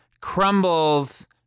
Crumbles